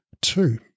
Two